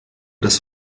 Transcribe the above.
das